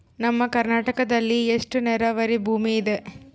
ನಮ್ಮ ಕರ್ನಾಟಕದಲ್ಲಿ ಎಷ್ಟು ನೇರಾವರಿ ಭೂಮಿ ಇದೆ?